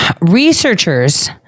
researchers